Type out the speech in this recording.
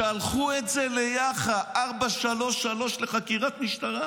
שלחו את זה ליאח"ה 433 לחקירת משטרה,